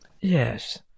Yes